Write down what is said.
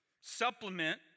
Supplement